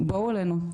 בואו אלינו,